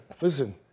Listen